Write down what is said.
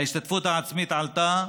ההשתתפות העצמית עלתה,